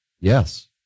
Yes